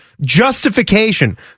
justification